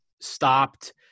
stopped